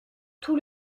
tout